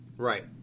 Right